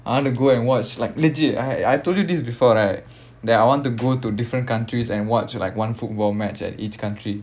I want to go and watch like legit I I told you this before right that I want to go to different countries and watch like one football match at each country